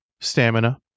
stamina